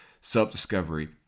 self-discovery